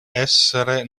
essere